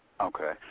Okay